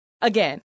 Again